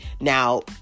now